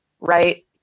right